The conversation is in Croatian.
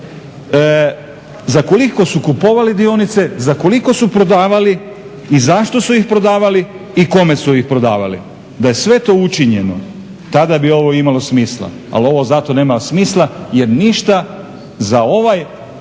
za koliko su kupovali dionice, za koliko su prodavali, i zašto su ih prodavali i kome su ih prodavali? Da je sve to učinjeno, tada bi ovo imalo smisla. Ali ovo zato nema smisla jer ništa za ovaj,